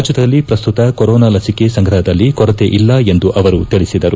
ರಾಜ್ಯದಲ್ಲಿ ಪ್ರಸ್ತುತ ಕೋರೋನಾ ಲಸಿಕೆ ಸಂಗ್ರಹದಲ್ಲಿ ಕೊರತೆಯಿಲ್ಲ ಎಂದು ಅವರು ತಿಳಿಸಿದರು